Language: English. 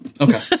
Okay